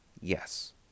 Yes